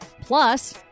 Plus